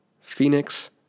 Phoenix